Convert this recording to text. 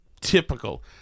typical